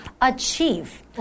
achieve